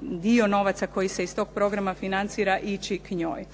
dio novaca koji se iz tog programa financira ići k njoj.